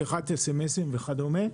שליחת סמסים וכדומה.